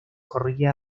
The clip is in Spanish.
corría